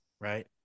Right